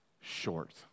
short